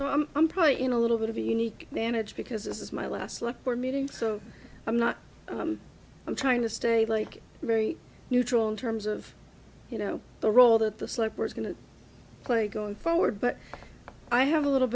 so i'm probably in a little bit of a unique advantage because this is my last look we're meeting so i'm not i'm trying to stay like very neutral in terms of you know the role that the slipper is going to play going forward but i have a little